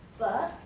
but